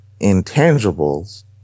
intangibles